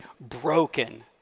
broken